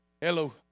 Hello